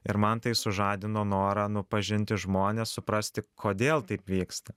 ir man tai sužadino norą nu pažinti žmones suprasti kodėl taip vyksta